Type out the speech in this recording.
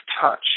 touch